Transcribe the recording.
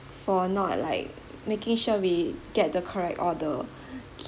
for not like making sure we get the correct order okay